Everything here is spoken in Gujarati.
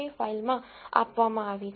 csv ફાઈલ માં આપવામાં આવી છે